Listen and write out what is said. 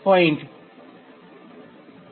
13 છે